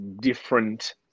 different